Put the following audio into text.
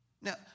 Now